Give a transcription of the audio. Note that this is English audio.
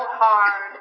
hard